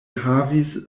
havis